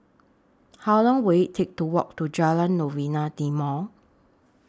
How Long Will IT Take to Walk to Jalan Novena Timor